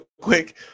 quick